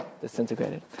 Disintegrated